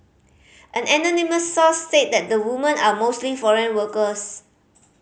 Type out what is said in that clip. an anonymous source said that the women are mostly foreign workers